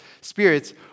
spirits